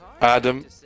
Adam